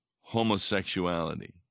homosexuality